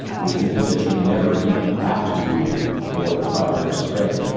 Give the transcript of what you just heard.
which means that you never even have to do more than five reps in training.